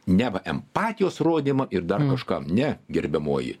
neva empatijos rodymą ir dar kažką ne gerbiamoji